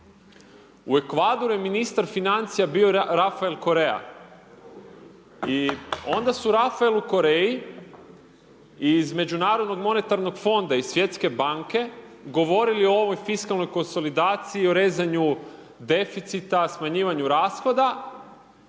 U Ekvadoru je ministar financija bio Rafael Korea. I onda su Rafaelu Korea-i iz Međunarodnog monetarnog fonda iz Svjetske banke govorili o ovoj fiskalnoj konsolidaciji, o rezanju deficita, smanjivanju rashoda,